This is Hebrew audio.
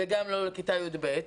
וגם לא לכיתה י"ב.